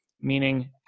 meaning